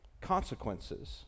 consequences